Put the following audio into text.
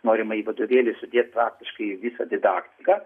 norima į vadovėlį sudėti praktiškai visą didaktiką